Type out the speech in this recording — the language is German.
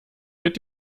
mit